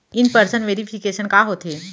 In person verification का होथे?